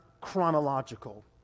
chronological